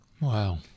Wow